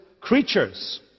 creatures